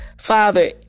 Father